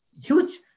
huge